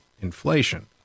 inflation